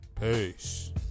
peace